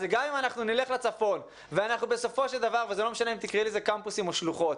אז גם אם נלך לצפון וזה לא משנה אם תקראי לזה קמפוסים או שלוחות,